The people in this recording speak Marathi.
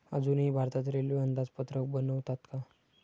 अजूनही भारतात रेल्वे अंदाजपत्रक बनवतात का?